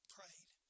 Prayed